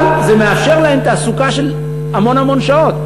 אבל זה מאפשר להם תעסוקה של המון המון שעות.